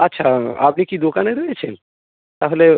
আচ্ছা আপনি কি দোকানে রয়েছেন তাহলে